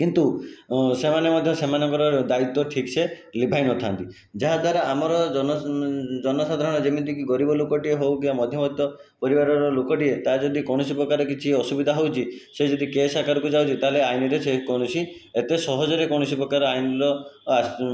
କିନ୍ତୁ ସେମାନେ ମଧ୍ୟ ସେମାନଙ୍କର ଦାଇତ୍ୱ ଠିକ ସେ ଲିଭାଇନଥାନ୍ତି ଯାହାଦ୍ୱାରା ଆମର ଜନ ଜନସାଧାରଣ ଯେମିତିକି ଗରିବ ଲୋକଟିଏ ହେଉ କିମ୍ବା ମଧ୍ୟବର୍ତ୍ତୀ ପରିବାରର ଲୋକଟିଏ ତାର ଯଦି କୌଣସି ପ୍ରକାର କିଛି ଅସୁବିଧା ହେଉଛି ସେ ଯଦି କେସ୍ ଆକାରକୁ ଯାଉଛି ତାହେଲେ ଅଇନରେ ସେ କୌଣସି ଏତେ ସହଜରେ କୋଣସି ପ୍ରକାର ଆଇନର